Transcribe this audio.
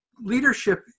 Leadership